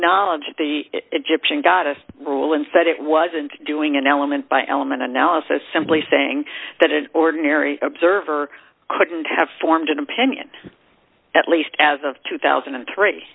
acknowledge the egyptian got a rule and said it wasn't doing an element by element analysis simply saying that an ordinary observer couldn't have formed an opinion at least as of two thousand and three